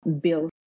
Bill